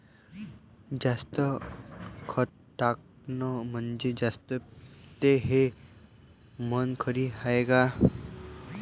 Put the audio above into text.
जास्त खत टाकलं म्हनजे जास्त पिकते हे म्हन खरी हाये का?